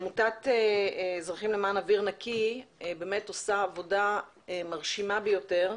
עמותת "אזרחים למען אויר נקי" עושה עבודה מרשימה ביותר,